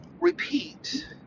repeat